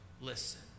listen